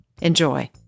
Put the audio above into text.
Enjoy